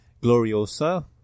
Gloriosa